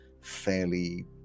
fairly